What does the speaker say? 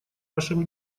вашем